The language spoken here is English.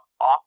off